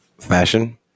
fashion